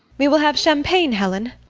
we will have champagne, helen.